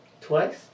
Twice